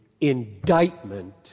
indictment